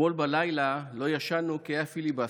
אתמול בלילה לא ישנו כי היה פיליבסטר.